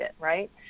right